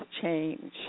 change